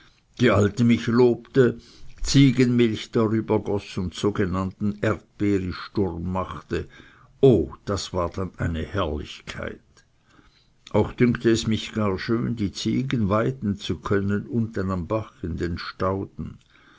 die alte mich lobte ziegenmilch darübergoß und sogenannten erdbeeristurm machte o das war dann eine herrlichkeit und wie prächtig war es erst die ziege weiden zu können unten am bach in den stauden